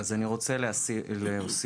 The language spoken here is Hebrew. אני רוצה להוסיף.